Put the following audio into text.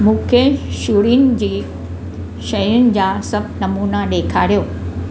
मूंखे छुरियुनि जी शयुनि जा सभ नमूना ॾेखारियो